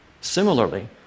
Similarly